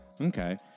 Okay